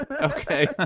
okay